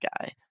guy